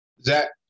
Zach